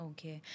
Okay